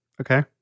Okay